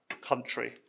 country